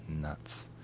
nuts